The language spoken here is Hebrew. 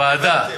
ועדה.